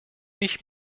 ich